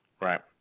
Right